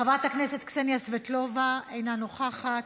חברת הכנסת קסניה סבטלובה, אינה נוכחת,